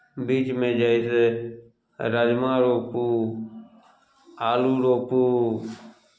बीचमे जे हइ से राजमा रोपू आलू रोपू